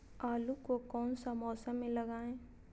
आलू को कौन सा मौसम में लगाए?